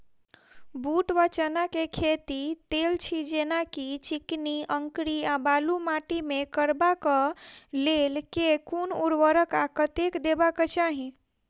बूट वा चना केँ खेती, तेल छी जेना की चिकनी, अंकरी आ बालू माटि मे करबाक लेल केँ कुन उर्वरक आ कतेक देबाक चाहि?